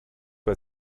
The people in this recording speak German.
bei